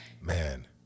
Man